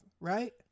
right